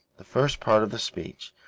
the first part of the speech,